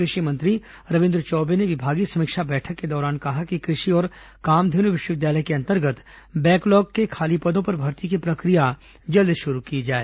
कृषि मंत्री रविन्द्र चौबे ने विभागीय समीक्षा बैठक के दौरान कहा कि कृषि और कामधेनु विश्वविद्यालय के अंतर्गत बैकलॉग के खाली पदों पर भर्ती की प्रक्रिया जल्द शुरू की जाए